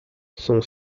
son